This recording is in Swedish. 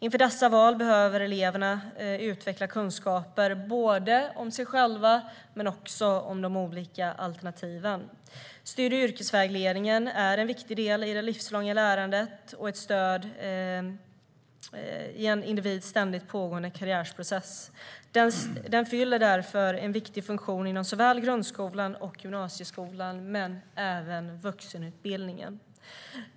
Inför dessa val behöver eleverna utveckla kunskaper både om sig själva och om olika valalternativ. Studie och yrkesvägledning är en viktig del i det livslånga lärandet och ett stöd i en individs ständigt pågående karriärprocess. Den fyller därför en viktig funktion inom såväl grundskolan och gymnasieskolan som vuxenutbildningen.